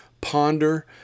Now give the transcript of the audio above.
ponder